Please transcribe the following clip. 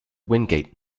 wingate